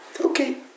okay